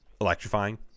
electrifying